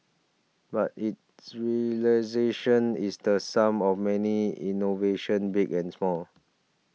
but its realisation is the sum of many innovations big and small